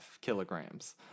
kilograms